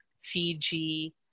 Fiji